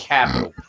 Capital